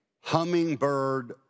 hummingbird